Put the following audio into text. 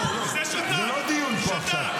זה לא דיון פה עכשיו.